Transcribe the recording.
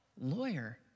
lawyer